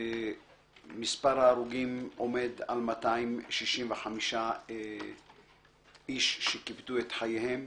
מספר ההרוגים עומד על 265 איש ואשה שקיפדו את חייהם.